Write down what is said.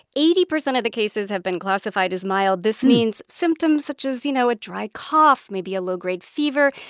eighty percent of the cases have been classified as mild. this means symptoms such as, you know, a dry cough, maybe a low-grade fever,